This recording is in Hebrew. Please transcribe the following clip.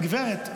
גברת,